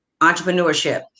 entrepreneurship